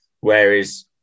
whereas